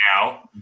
now